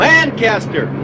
Lancaster